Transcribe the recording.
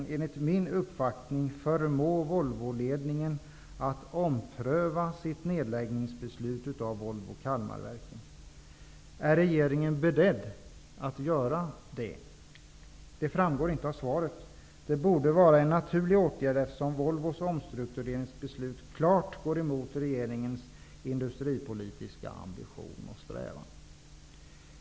Kalmarverken. Är regeringen beredd att göra det? Det framgår inte av svaret. Det borde vara en naturlig åtgärd, eftersom Volvos omstruktureringsbeslut klart går emot regeringens industripolitiska ambition och strävan.